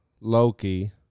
Loki